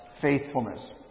faithfulness